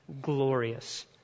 glorious